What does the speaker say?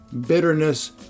bitterness